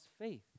faith